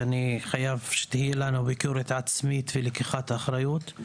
ואני חייב שתהיה לנו ביקורת עצמית ולקיחת אחריות.